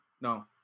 No